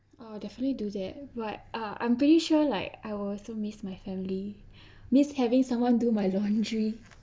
oh definitely do that but uh I'm pretty sure like I will so miss my family miss having someone do my laundry